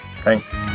Thanks